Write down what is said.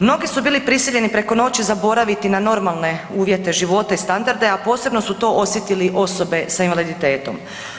Mnogi su bili prisiljeni preko noći zaboraviti na normalne uvjete života i standarde, a posebno su to osjetili osobe s invaliditetom.